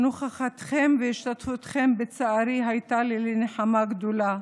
נוכחותכם והשתתפותכם בצערי הייתה לי לנחמה גדולה,